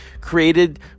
Created